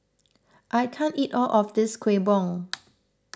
I can't eat all of this Kuih Bom